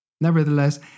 Nevertheless